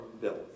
bill